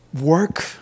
work